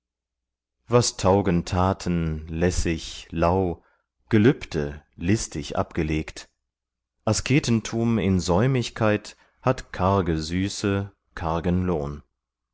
was taugen taten lässig lau gelübde listig abgelegt asketentum in säumigkeit hat karge süße